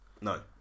No